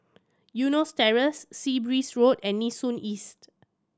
Eunos Terrace Sea Breeze Road and Nee Soon East